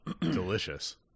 Delicious